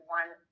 one